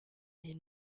les